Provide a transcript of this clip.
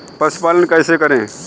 पशुपालन कैसे करें?